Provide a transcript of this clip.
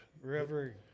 River